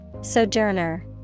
Sojourner